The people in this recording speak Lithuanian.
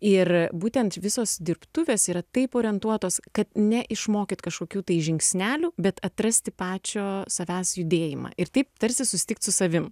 ir būtent visos dirbtuvės yra taip orientuotos kad ne išmokyt kažkokių tai žingsnelių bet atrasti pačio savęs judėjimą ir taip tarsi susitikt su savim